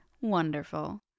Wonderful